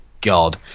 God